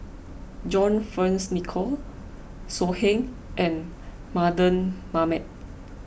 John Fearns Nicoll So Heng and Mardan Mamat